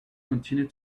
continued